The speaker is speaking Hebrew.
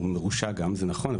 הוא מרושע גם וזה נכון,